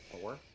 Four